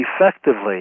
effectively